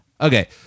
okay